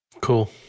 Cool